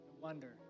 wonder